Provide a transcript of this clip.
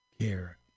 care